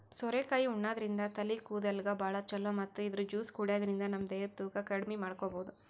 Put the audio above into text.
ಸೋರೆಕಾಯಿ ಉಣಾದ್ರಿನ್ದ ತಲಿ ಕೂದಲ್ಗ್ ಭಾಳ್ ಛಲೋ ಮತ್ತ್ ಇದ್ರ್ ಜ್ಯೂಸ್ ಕುಡ್ಯಾದ್ರಿನ್ದ ನಮ ದೇಹದ್ ತೂಕ ಕಮ್ಮಿ ಮಾಡ್ಕೊಬಹುದ್